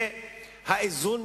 אז הוא יודע,